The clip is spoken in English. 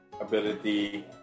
ability